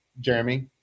Jeremy